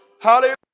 Hallelujah